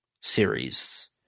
series